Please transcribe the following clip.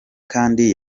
kandi